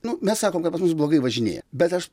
nu mes sakom kad mus blogai važinėja bet aš